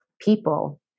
people